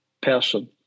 person